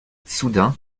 soudain